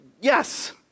Yes